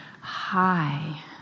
high